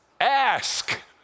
ask